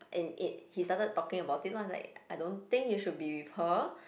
and it he started talking about it lah it's like I don't think you should be with her